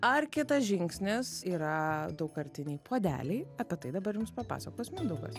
ar kitas žingsnis yra daugkartiniai puodeliai apie tai dabar jums papasakos mindaugas